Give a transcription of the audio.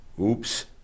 Oops